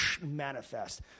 manifest